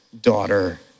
daughter